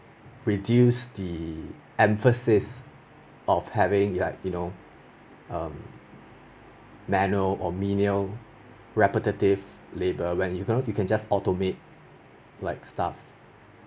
reduce the emphasis of having like you know um manual or menial repetitive labour when you know you can just automate like stuff